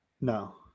no